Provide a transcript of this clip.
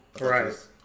Right